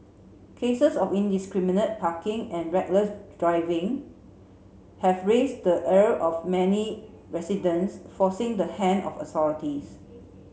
cases of indiscriminate parking and reckless driving have raised the of many residents forcing the hand of authorities